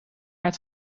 het